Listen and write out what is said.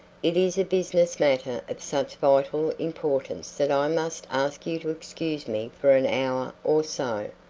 it is a business matter of such vital importance that i must ask you to excuse me for an hour or so.